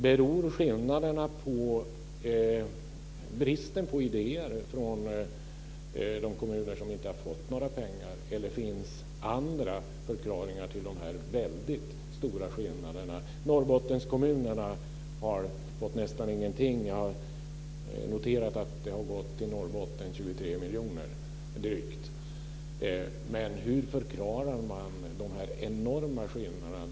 Beror skillnaderna på bristen på idéer från de kommuner som inte har fått några pengar, eller finns det andra förklaringar till de väldigt stora skillnaderna? Norrbottenskommunerna har fått nästan ingenting. Jag noterar att det har gått till Norrbotten drygt 23 miljoner. Men hur förklarar man de enorma skillnaderna?